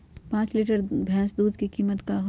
पाँच लीटर भेस दूध के कीमत का होई?